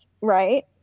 Right